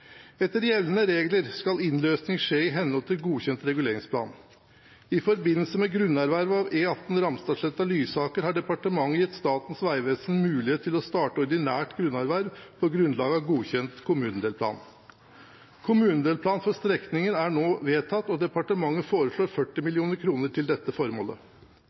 Etter gjeldende regler skal innløsningen skje i henhold til godkjent reguleringsplan. I forbindelse med grunnerverv av E18 Ramstadsletta–Lysaker har departementet gitt Statens vegvesen mulighet til å starte ordinært grunnerverv på grunnlag av godkjent kommunedelplan. Kommunedelplan for strekningen er nå vedtatt, og departementet foreslår 40 mill. kr til dette formålet.